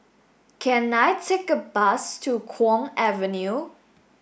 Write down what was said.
can I take a bus to Kwong Avenue